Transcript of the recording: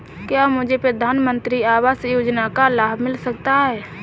क्या मुझे प्रधानमंत्री आवास योजना का लाभ मिल सकता है?